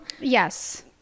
yes